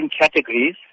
categories